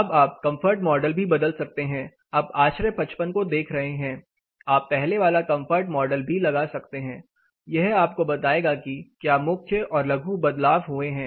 अब आप comfort model भी बदल सकते हैं आप आश्रय 55 को देख रहे हैं आप पहले वाला कंफर्ट मॉडल भी लगा सकते हैं यह आपको बताएगा कि क्या मुख्य और लघु बदलाव हुए हैं